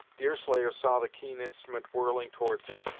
deerslayer saw the keen instrument whirling towards him,